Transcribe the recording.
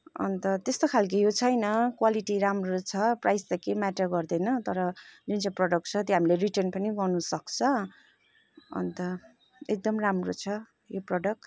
अन्त त्यस्तो खालको यो छैन क्वालिटी राम्रो छ प्राइस त केही म्याटर गर्दैन तर जुन चाहिँ प्रोडक्ट छ त्यो हामीले रिटर्न पनि गर्नुसक्छ अन्त एकदम राम्रो छ यो प्रोडक्ट